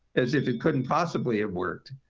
as if it couldn't possibly have worked